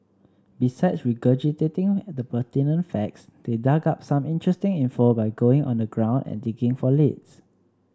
besides regurgitating the pertinent facts they dug up some interesting info by going on the ground and digging for leads